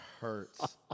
hurts